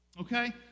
Okay